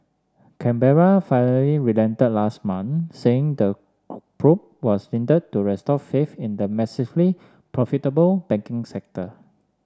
Canberra finally relented last month saying the probe was needed to restore faith in the massively profitable banking sector